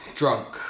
drunk